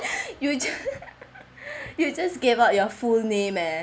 you just you just gave out your full name leh